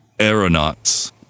aeronauts